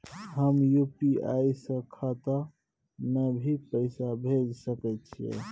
हम यु.पी.आई से खाता में भी पैसा भेज सके छियै?